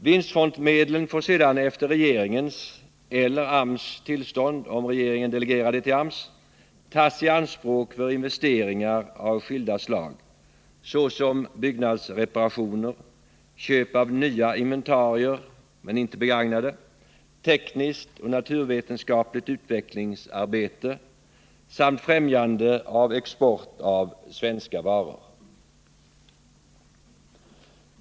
Vinstfondsmedlen får sedan efter regeringens tillstånd — eller AMS tillstånd, om regeringen delegerar uppgiften till AMS — tas i anspråk för investeringar av skilda slag, såsom byggnadsreparationer, köp av nya men inte begagnade inventarier, tekniskt och naturvetenskapligt utvecklingsarbete samt främjande av export av svenska varor.